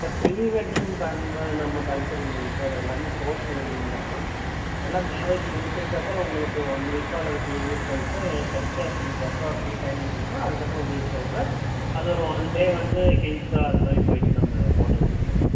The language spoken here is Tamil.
சார் ப்ரீ வெட்டிங் பண்ணுற நம்ம கல்ச்சர் இல்லைங் சார் எல்லாமே போஸ்ட் வெட்டிங் தான் எல்லா மேரேஜு முடிச்சதுக்கப்பறம் உங்களுக்கு ஒன் வீக்கோ அல்லது டூ வீக் கழிச்சோ எ கழிச்சோ எங்களுக்கு எப்போ ஃப்ரீ டைமிங் இருக்கோ அதுக்கப்புறம் உங்களுக்கு சொல்லுறேன் அது ஒரு ஒன் டே வந்து ஹில்ஸாக அதுமாதிரி போயிவிட்டு நம்ம ஃபோட்டோ ஷூட் பண்ணிக்கலாம்